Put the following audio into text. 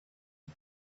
aho